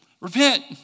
repent